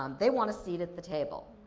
um they want a seat at the table.